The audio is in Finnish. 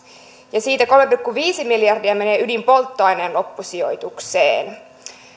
joista kolme pilkku viisi miljardia menee ydinpolttoaineen loppusijoitukseen